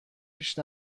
پیش